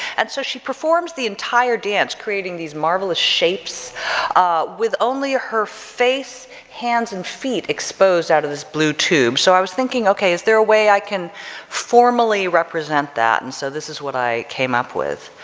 and so she performs the entire dance creating these marvelous shapes with only her face, hands, and feet exposed out of this blue tube, so i was thinking okay is there a way i can formally represent that and so this is what i came up with.